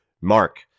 Mark